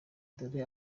dore